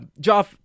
joff